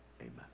Amen